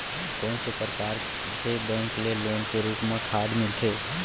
कोन से परकार के बैंक ले लोन के रूप मा खाद मिलथे?